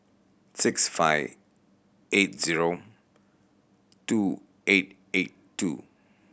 six five eight zero two eight eight two